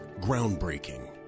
Groundbreaking